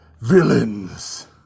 villains